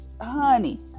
honey